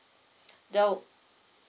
nope